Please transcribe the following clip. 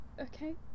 okay